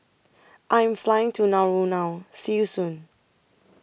I Am Flying to Nauru now See YOU Soon